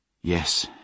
Yes